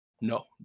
no